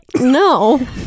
no